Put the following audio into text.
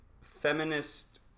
feminist